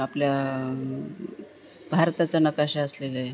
आपल्या भारताचा नकाशा असलेले